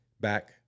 back